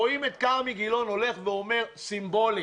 רואים את כרמי גילון הולך ואומר סימבולי.